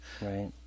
Right